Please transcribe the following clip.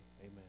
Amen